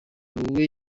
wowe